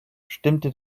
stimmte